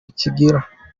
kigira